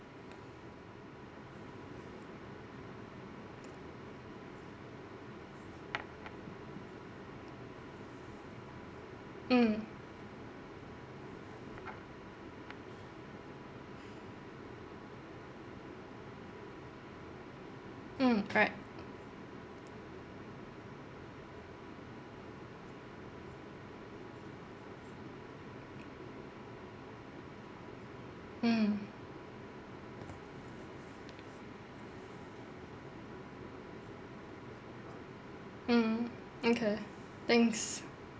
mm mm correct mm mm okay thanks